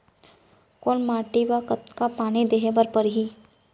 कोन माटी म कतका पानी देहे बर परहि?